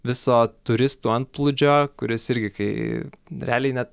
viso turistų antplūdžio kuris irgi kai realiai ne